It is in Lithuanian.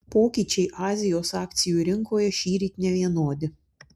pokyčiai azijos akcijų rinkoje šįryt nevienodi